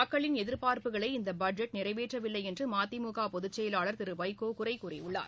மக்களின் எதிர்பார்புகளை இந்த பட்ஜெட் நிறைவேற்றவில்லை என்று மதிமுக பொதுச்செயலாளர் திரு வைகோ குறை கூறியுள்ளார்